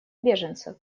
беженцев